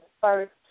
first